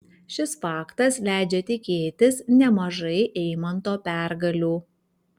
šis faktas leidžia tikėtis nemažai eimanto pergalių